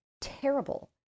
terrible